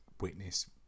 witness